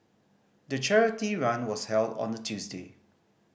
the charity run was held on a Tuesday